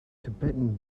tibetan